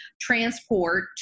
transport